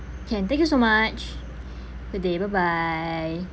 can thank you so much good day bye bye